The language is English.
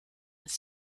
with